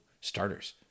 starters